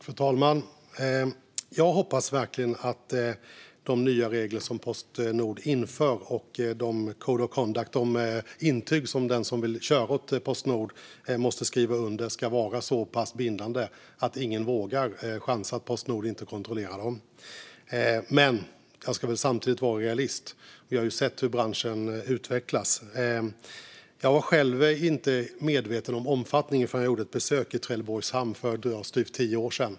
Fru talman! Jag hoppas verkligen att de nya regler som Postnord inför samt den uppförandekod och de intyg som den som vill köra åt Postnord måste skriva under är så pass bindande att ingen vågar chansa på att Postnord inte gör en kontroll. Men jag ska väl samtidigt vara realist; vi har ju sett hur branschen utvecklas. Jag var själv inte medveten om omfattningen förrän jag gjorde ett besök i Trelleborgs hamn för styvt tio år sedan.